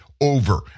over